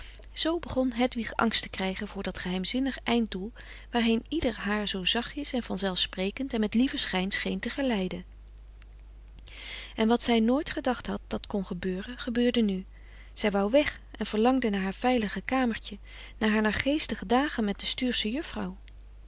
zoo begon hedwig angst te krijgen voor dat geheimzinnig einddoel waarheen ieder haar zoo zachtjens en van zelf sprekend en met lieven schijn scheen te geleiden en wat zij nooit gedacht had dat kon gebeuren gebeurde nu zij wou weg en verlangde naar haar veilige kamertje naar frederik van eeden van de koele meren des doods haar naargeestige dagen met de stuursche juffrouw